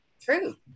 true